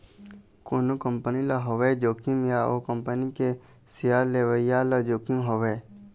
कोनो कंपनी ल होवय जोखिम या ओ कंपनी के सेयर लेवइया ल जोखिम होवय